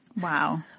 Wow